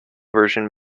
version